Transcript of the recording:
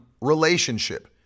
relationship